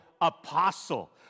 apostle